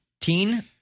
Teen